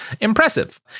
impressive